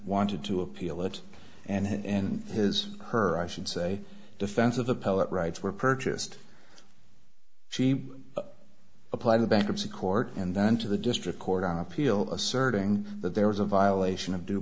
wanted to appeal it and his her i should say defense of the poet rights were purchased she applied the bankruptcy court and then to the district court on appeal asserting that there was a violation of due